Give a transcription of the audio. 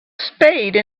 spade